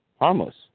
harmless